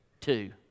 Two